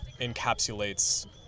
encapsulates